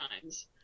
times